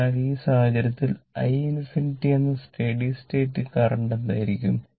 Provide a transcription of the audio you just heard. അതിനാൽ ഈ സാഹചര്യത്തിൽ i∞ എന്ന സ്റ്റഡി സ്റ്റേറ്റ കരണ്ട് എന്തായിരിക്കും